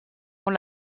con